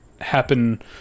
happen